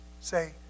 say